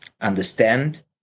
understand